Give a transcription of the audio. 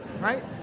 right